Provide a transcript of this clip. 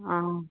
অঁ